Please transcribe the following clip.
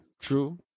True